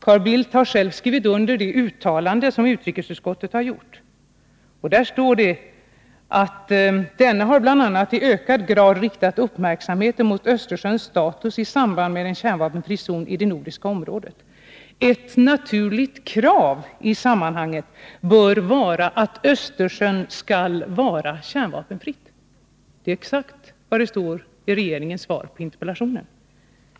Carl Bildt har själv skrivit under det uttalande som utrikesutskottet har gjort och där det står att denne bl.a. i ökad grad har riktat uppmärksamheten mot Östersjöns status i samband med en kärnvapenfri zon i det nordiska området. Ett naturligt krav i sammanhanget bör vara att Östersjön skall vara kärnvapenfri. Det är exakt vad som står i regeringens svar på interpellationen.